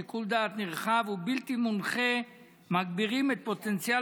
שיקול דעת נרחב ובלתי מונחה מגבירים את פוטנציאל